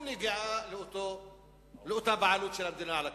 נגיעה באותה בעלות של המדינה על הקרקע.